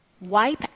wipe